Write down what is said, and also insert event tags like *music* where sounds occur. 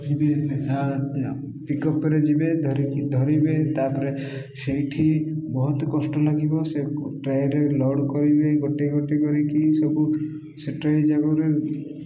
ଯିବେ *unintelligible* ପିକଅପରେ ଯିବେ ଧରିକି ଧରିବେ ତା'ପରେ ସେଇଠି ବହୁତ କଷ୍ଟ ଲାଗିବ ସେ ଟ୍ରେଡ଼ରେ ଲୋଡ଼ କରିବେ ଗୋଟି ଗୋଟି କରିକି ସବୁ ସେ ଟ୍ରେ ଯାକ ବି